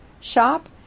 shop